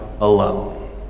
alone